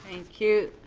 you.